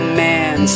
man